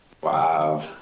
Wow